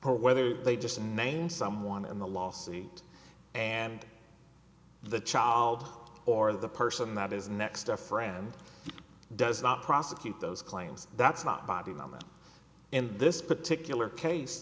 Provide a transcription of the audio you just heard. whether they just named someone in the lawsuit and the child or the person that is next to a friend does not prosecute those claims that's not bad enough in this particular case